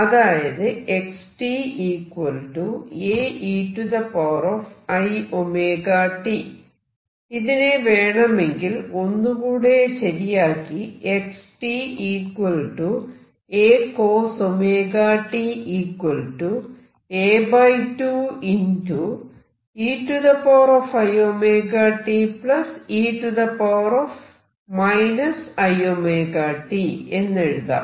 അതായത് ഇതിനെ വേണമെങ്കിൽ ഒന്നുകൂടെ ശരിയാക്കി എന്നെഴുതാം